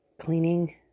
cleaning